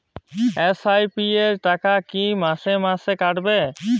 SIP র টাকা কী মাসে মাসে কাটবে?